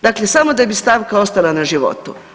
Dakle, samo da bi stavka ostala na životu.